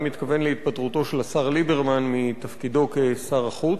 אני מתכוון להתפטרותו של השר ליברמן מתפקידו כשר החוץ,